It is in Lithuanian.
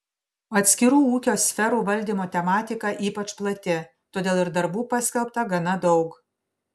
atskirų ūkio sferų valdymo tematika ypač plati todėl ir darbų paskelbta gana daug